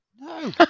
No